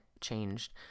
changed